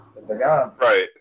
right